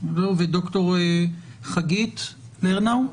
וד"ר חגית לרנאו.